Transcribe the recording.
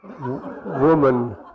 woman